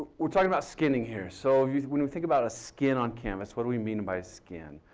we're talking about skinning here. so, when we think about skin on canvas, what do we mean by skin?